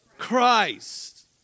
Christ